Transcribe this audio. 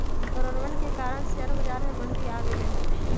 कोरोनवन के कारण शेयर बाजार में मंदी आ गईले है